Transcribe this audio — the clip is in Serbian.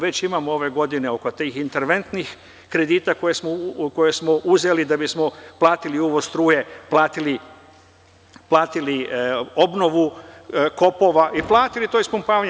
Već imamo ove godine oko tih interventnih kredita koje smo uzeli da bismo platili uvoz struje, platili obnovu kopova i platili to ispumpavanje.